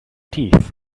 teeth